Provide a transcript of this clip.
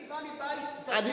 אני בא מבית דתי,